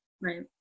Right